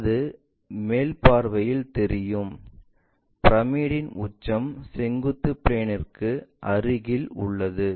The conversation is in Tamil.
அது மேல் பார்வையில் தெரியும் பிரமிட்டின் உச்சம் செங்குத்து பிளேன்ற்கு அருகில் உள்ளது